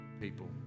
people